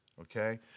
Okay